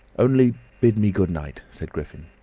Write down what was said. only bid me good-night, said griffin.